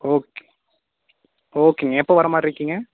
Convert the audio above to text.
okay ஓகேங்க எப்போது வர மாதிரிருக்கீங்க